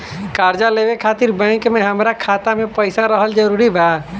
कर्जा लेवे खातिर बैंक मे हमरा खाता मे पईसा रहल जरूरी बा?